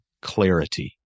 clarity